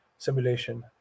simulation